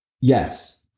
yes